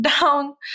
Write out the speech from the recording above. down